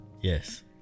yes